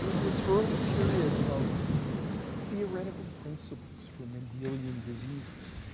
this early period of theoretical principles for mendelian diseases